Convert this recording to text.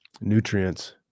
nutrients